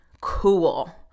cool